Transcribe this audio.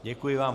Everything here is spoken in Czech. Děkuji vám.